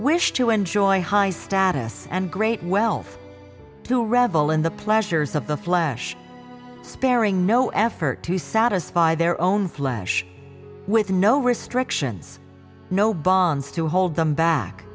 wish to enjoy high status and great wealth to revel in the pleasures of the flesh sparing no effort to satisfy their own flesh with no restrictions no bonds to hold them back